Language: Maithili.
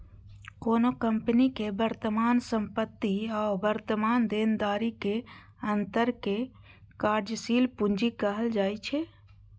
कोनो कंपनी के वर्तमान संपत्ति आ वर्तमान देनदारी के अंतर कें कार्यशील पूंजी कहल जाइ छै